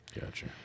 Gotcha